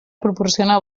proporciona